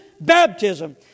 baptism